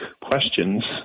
questions